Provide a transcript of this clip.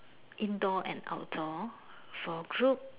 indoor and outdoor for group